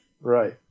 right